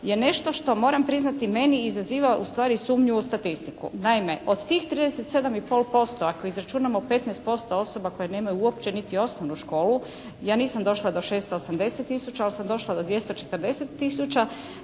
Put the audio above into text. je nešto što moram priznati meni izaziva ustvari sumnjivu statistiku. Naime, od tih 37 i pol posto ako izračunamo 15% osoba koje nemaju uopće niti osnovnu školu ja nisam došla do 680 tisuća, ali sam došla do 240 tisuća,